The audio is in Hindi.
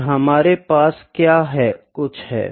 और हमारे पास क्या कुछ है